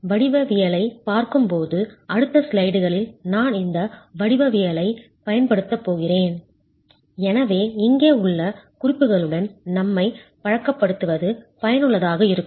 வடிவவியலைப் பார்க்கும்போது அடுத்த ஸ்லைடுகளில் நான் இந்த வடிவவியலைப் பயன்படுத்தப் போகிறேன் எனவே இங்கே உள்ள குறிப்புகளுடன் நம்மைப் பழக்கப்படுத்துவது பயனுள்ளதாக இருக்கும்